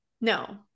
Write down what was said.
No